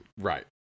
Right